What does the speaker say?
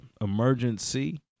emergency